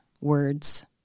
words